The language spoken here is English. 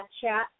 chat